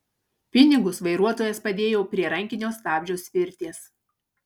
pinigus vairuotojas padėjo prie rankinio stabdžio svirties